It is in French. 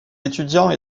étudiants